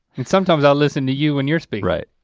and sometimes i listen to you when you're speaking. right.